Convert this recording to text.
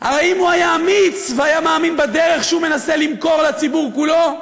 הרי אם הוא היה אמיץ והיה מאמין בדרך שהוא מנסה למכור לציבור כולו,